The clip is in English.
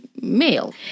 male